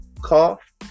cough